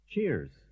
Cheers